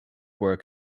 work